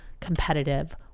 competitive